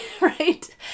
Right